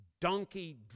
donkey